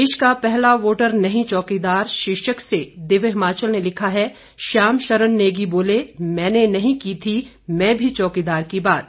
देश का पहला वोटर नहीं चौकीदार शीर्षक से दिव्य हिमाचल ने लिखा है श्याम शरण नेगी बोले मैंने नहीं कही थी मैं भी चौकीदार की बात